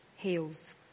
heals